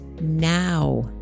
Now